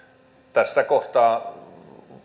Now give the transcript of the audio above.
tässä kohtaa